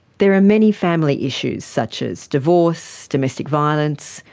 there are many family issues such as divorce, domestic violence,